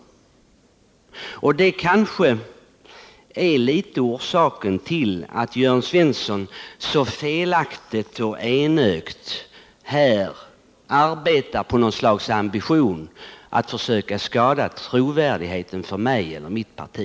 Detta är kanske till en del orsaken till att Jörn Svensson så felaktigt och enögt arbetar på att försöka skada trovärdigheten hos mig och mitt parti.